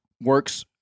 works